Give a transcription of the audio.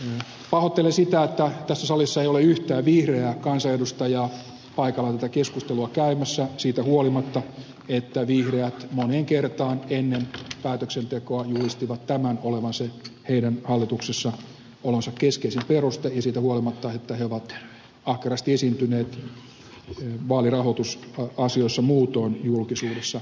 pahoittelen sitä että tässä salissa ei ole yhtään vihreää kansanedustajaa paikalla tätä keskustelua käymässä siitä huolimatta että vihreät moneen kertaan ennen päätöksentekoa julistivat tämän olevan se heidän hallituksessaolonsa keskeisin peruste ja siitä huolimatta että he ovat ahkerasti esiintyneet vaalirahoitusasioissa muutoin julkisuudessa